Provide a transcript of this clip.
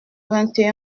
vingt